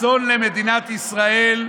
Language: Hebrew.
אסון למדינת ישראל,